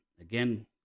again